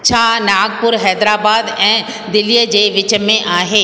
छा नागपुर हैदराबाद ऐं दिल्लीअ जे विच में आहे